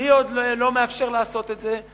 מי עוד לא מאפשר לעשות את זה?